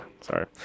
sorry